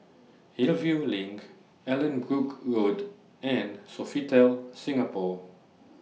Hillview LINK Allanbrooke Road and Sofitel Singapore